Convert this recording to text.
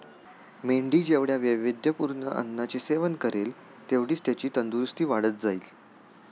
मेंढी जेवढ्या वैविध्यपूर्ण अन्नाचे सेवन करेल, तेवढीच त्याची तंदुरस्ती वाढत जाईल